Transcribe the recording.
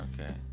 Okay